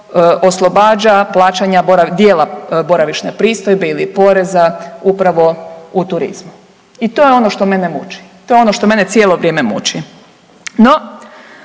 oslobađa plaćanja dijela boravišne pristojbe ili poreza upravo u turizmu. I to je ono što mene muči. To je ono što mene cijelo vrijeme muči.